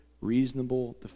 reasonable